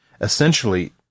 Essentially